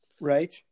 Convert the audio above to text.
Right